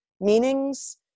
meanings